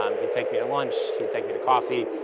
um he'd take me to lunch, he'd take me to coffee,